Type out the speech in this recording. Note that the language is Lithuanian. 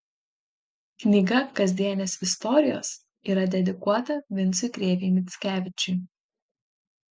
knyga kasdienės istorijos yra dedikuota vincui krėvei mickevičiui